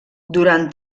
durant